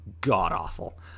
god-awful